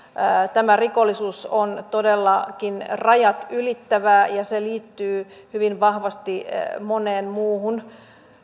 tämä rikollisuus on todellakin rajat ylittävää ja se liittyy hyvin vahvasti moneen muuhun